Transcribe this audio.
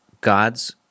God's